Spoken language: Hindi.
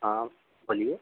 हाँ बोलिए